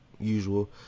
usual